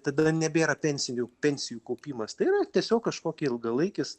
tada nebėra pensijų pensijų kaupimas tai yra tiesiog kažkokį ilgalaikis